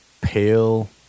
Pale